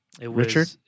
Richard